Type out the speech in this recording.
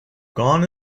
gone